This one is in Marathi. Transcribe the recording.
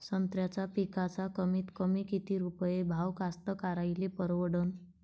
संत्र्याचा पिकाचा कमीतकमी किती रुपये भाव कास्तकाराइले परवडन?